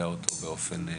הוועדה.